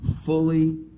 fully